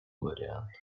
вариант